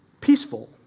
peaceful